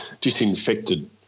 disinfected